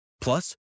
Plus